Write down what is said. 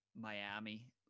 Miami